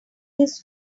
these